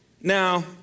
Now